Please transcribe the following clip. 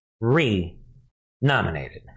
re-nominated